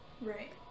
Right